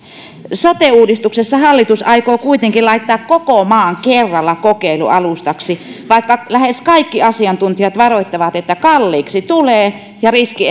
sote uudistuksessa hallitus aikoo kuitenkin laittaa koko maan kerralla kokeilualustaksi vaikka lähes kaikki asiantuntijat varoittavat että kalliiksi tulee ja riski